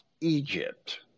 Egypt